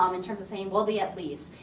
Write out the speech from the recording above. um in terms of saying well the at least.